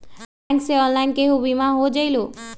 Bank से online केहु बिमा हो जाईलु?